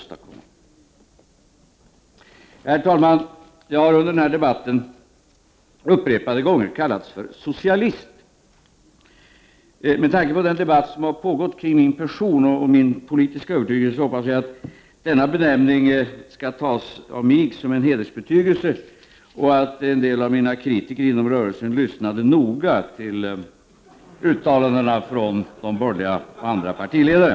Herr talman! Jag har under denna debatt upprepade gånger kallats för socialist. Med tanke på den debatt som har pågått kring min person och min politiska övertygelse, hoppas jag att denna benämning av mig skall tas som en hedersbetygelse och att en del av mina kritiker inom rörelsen lyssnade noga till uttalandena från borgerliga och andra partiledare.